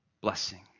blessing